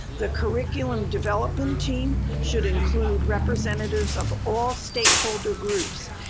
the curriculum development team should include representatives of all stakeholder groups,